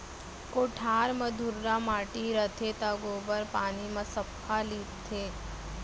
कोठार म धुर्रा माटी रथे त गोबर पानी म सफ्फा लीपथें